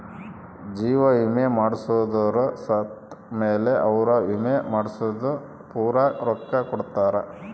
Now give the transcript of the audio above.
ಜೀವ ವಿಮೆ ಮಾಡ್ಸದೊರು ಸತ್ ಮೇಲೆ ಅವ್ರ ವಿಮೆ ಮಾಡ್ಸಿದ್ದು ಪೂರ ರೊಕ್ಕ ಕೊಡ್ತಾರ